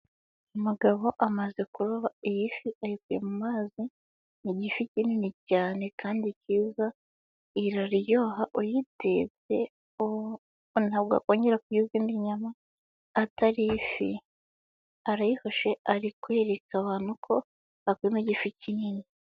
Umugabo amaze kuroba iyifi, ayikuye mu mazi, ni igifi kinini cyane kandi cyiza, iraryoha, uyitetse ntabwo akongera kurya izindi nyama atari ifi. Arayifashe ari kwereka abantu ko akuyemo igifi kinini.